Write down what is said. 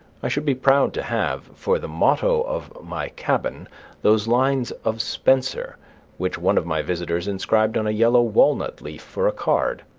i should be proud to have for the motto of my cabin those lines of spenser which one of my visitors inscribed on a yellow walnut leaf for a card